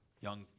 young